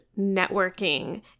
networking